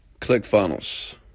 ClickFunnels